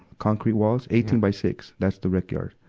concrete walls. eighteen by six, that's the rec yard.